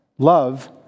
Love